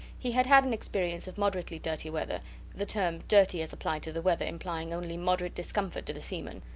he had had an experience of moderately dirty weather the term dirty as applied to the weather implying only moderate discomfort to the seaman.